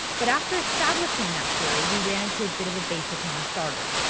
but after establishing that theory we ran into a bit of a basic non-starter.